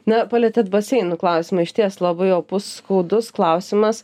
na palietėt baseinų klausimą išties labai opus skaudus klausimas